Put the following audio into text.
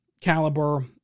caliber